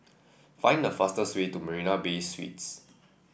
find the fastest way to Marina Bay Suites